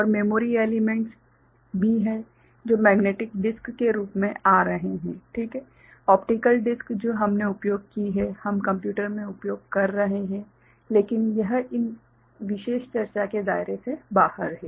और memory elements भी हैं जो मैग्नेटिक डिस्क के रूप में आ रहे है ठीक है ऑप्टिकल डिस्क जो हमने उपयोग की है हम कंप्यूटर में उपयोग कर रहे हैं लेकिन यह इन विशेष चर्चा के दायरे से बाहर है